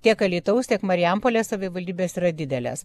tiek alytaus tiek marijampolės savivaldybės yra didelės